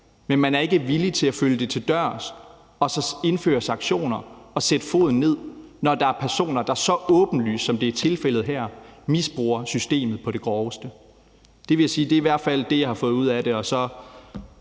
men man er ikke villig til at følge det til dørs og indføre sanktioner og sætte foden ned, når der er personer, der så åbenlyst, som det er tilfældet her, misbruger systemet på det groveste. Det vil jeg sige i hvert fald er det, jeg har fået ud af det.